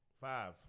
Five